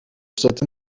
سات